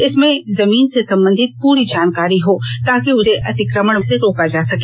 इसमें जमीन से संबंधित पूरी जानकारी हो ताकि उसे अतिक्रमण से रोका जा सके